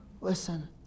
Listen